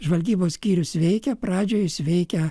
žvalgybos skyrius veikia pradžioje jis veikia